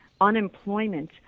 unemployment